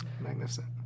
magnificent